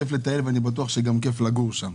כיף לטייל, ואני בטוח שגם כיף לגור שם.